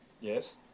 yes